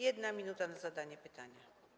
1 minuta na zadanie pytania.